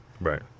Right